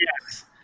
Yes